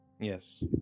Yes